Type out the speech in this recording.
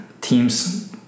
team's